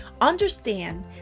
Understand